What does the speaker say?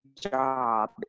job